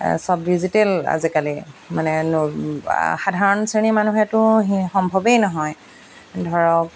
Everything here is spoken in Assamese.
চব ডিজিটেল আজিকালি মানে সাধাৰণ শ্ৰেণীৰ মানুহেতো সম্ভৱেই নহয় ধৰক